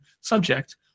subject